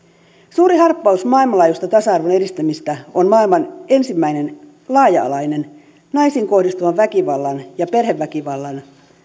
suuri harppaus maailmanlaajuisessa tasa arvon edistämisessä on maailman ensimmäinen laaja alainen naisiin kohdistuvan väkivallan ja perheväkivallan